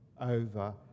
over